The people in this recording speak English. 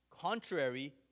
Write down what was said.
contrary